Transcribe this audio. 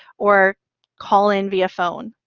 or call in via phone.